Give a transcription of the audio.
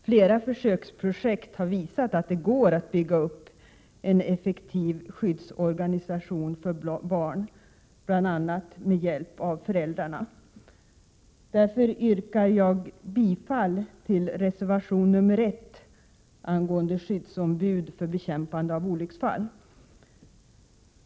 Flera försöksprojekt har visat att det går att bygga upp en effektiv skyddsorganisation för barn, bl.a. med hjälp av föräldrarna. Därför yrkar jag bifall till reservation 1 angående skyddsombud för bekämpande av barnolycksfall.